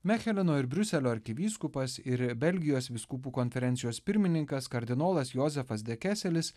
mecheleno ir briuselio arkivyskupas ir belgijos vyskupų konferencijos pirmininkas kardinolas jozefas dekeselis